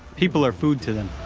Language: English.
people are food to them.